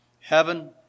heaven